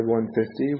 150